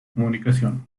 comunicación